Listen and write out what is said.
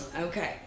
Okay